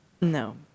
No